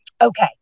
Okay